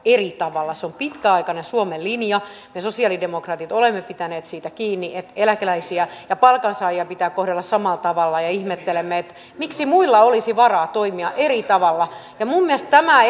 eri tavalla se on pitkäaikainen suomen linja me sosialidemokraatit olemme pitäneet siitä kiinni että eläkeläisiä ja palkansaajia pitää kohdella samalla tavalla ja ihmettelemme miksi muilla olisi varaa toimia eri tavalla minun mielestäni tämä